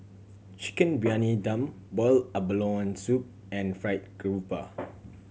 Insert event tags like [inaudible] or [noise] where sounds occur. Chicken Briyani Dum boiled abalone soup and Fried Garoupa [noise]